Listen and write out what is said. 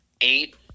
eight